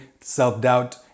self-doubt